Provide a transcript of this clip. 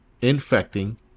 infecting